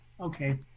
okay